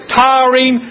tiring